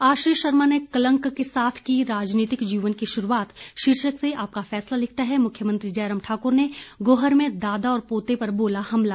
आश्रय शर्मा ने कलंक के साथ की राजनीतिक जीवन की शुरूआत शीर्षक से आपका फैसला लिखता है मुख्यमंत्री जयराम ठाकुर ने गोहर में दादा और पोते पर बोला हमला